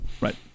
Right